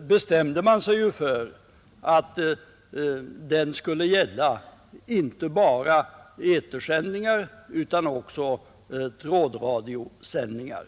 bestämde man sig ju för att den skulle gälla inte bara etersändningar utan också trådradiosändningar.